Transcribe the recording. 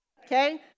Okay